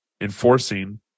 enforcing